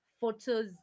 photos